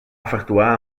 efectuar